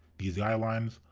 these guidelines,